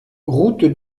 route